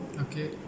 Okay